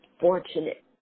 fortunate